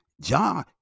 John